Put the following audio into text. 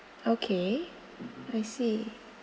okay I see